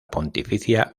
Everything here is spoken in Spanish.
pontificia